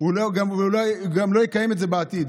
והוא אולי גם לא יקיים את זה בעתיד.